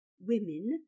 women